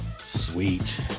Sweet